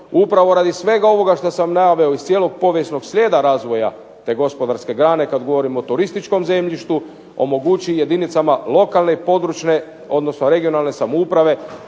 upravo radi svega ovoga što sam naveo iz cijelog povijesnog slijeda razvoja te gospodarske grane kad govorim o turističkom zemljištu omogući i jedinicama lokalne i područne, odnosno regionalne samouprave